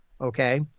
Okay